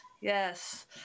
Yes